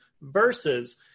versus